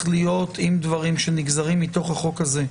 להיות עם דברים שנגזרים מתוך החוק הזה.